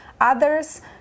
others